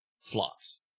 flops